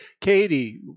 Katie